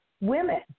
women